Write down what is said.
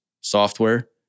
Software